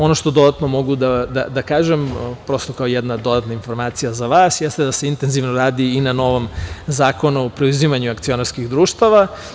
Ono što dodatno mogu da kažem, prosto kao jedna dodatna informacija za vas, jeste da se intenzivno radi i na novom zakonu o preuzimanju akcionarskih društava.